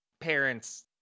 parents